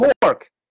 pork